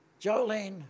Jolene